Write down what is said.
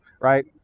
Right